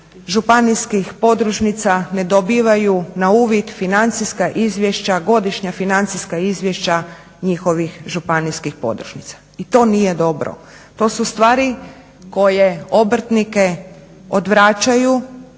županijskih podružnica ne dobivaju na uvid financijska izvješća, godišnja financijska izvješća njihovih županijskih podružnica. I to nije dobro. To su stvari koje obrtnike odvraćaju